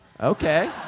Okay